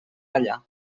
allà